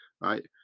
right